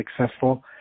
successful